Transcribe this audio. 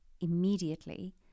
immediately